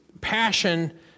passion